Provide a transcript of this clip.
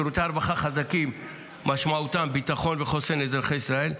שירותי רווחה חזקים משמעותם ביטחון וחוסן לאזרחי ישראל.